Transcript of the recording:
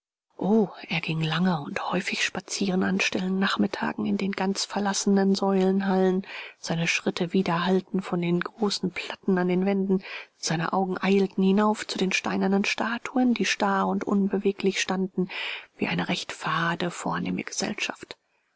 o er ging lange und häufig spazieren an stillen nachmittagen in den ganz verlassenen säulenhallen seine schritte widerhallten von den großen platten an den wänden seine augen eilten hinauf zu den steineren statuen die starr und unbeweglich standen wie eine recht fade vornehme gesellschaft